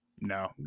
No